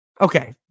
Okay